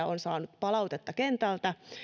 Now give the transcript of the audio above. on saanut palautetta kentältä